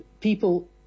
people